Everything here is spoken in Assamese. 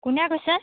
কোনে কৈছে